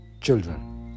children